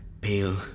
pale